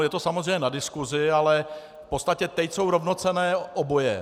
Je to samozřejmě na diskusi, ale v podstatě teď jsou rovnocenné oboje.